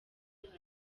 areba